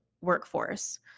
workforce